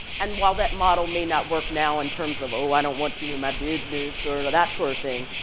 and while that model may not work now in terms of, oh, i don't want you in my business or that sort of thing,